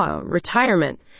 retirement